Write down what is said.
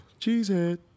Cheesehead